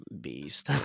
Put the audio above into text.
beast